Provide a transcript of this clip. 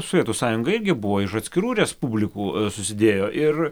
sovietų sąjunga irgi buvo iš atskirų respublikų susidėjo ir